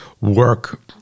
work